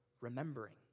remembering